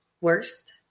Worst